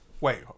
Wait